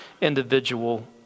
individual